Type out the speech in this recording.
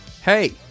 Hey